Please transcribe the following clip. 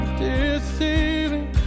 deceiving